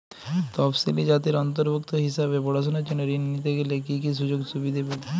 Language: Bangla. তফসিলি জাতির অন্তর্ভুক্ত হিসাবে পড়াশুনার জন্য ঋণ নিতে গেলে কী কী সুযোগ সুবিধে পাব?